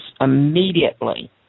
immediately